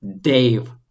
Dave